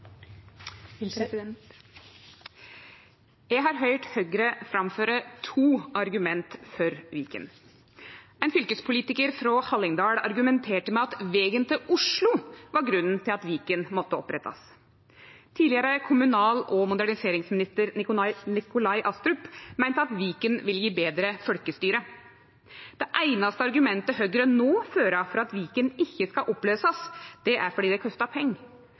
Eg har høyrt Høgre framføre to argument for Viken. Ein fylkespolitikar frå Hallingdal argumenterte med at vegen til Oslo var grunnen til at Viken måtte bli oppretta. Tidlegere kommunal- og moderniseringsminister Nikolai Astrup meinte at Viken ville gje betre folkestyre. Det einaste argumentet Høgre no fører for at Viken ikkje skal bli løyst opp, er at det kostar